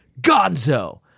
Gonzo